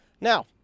now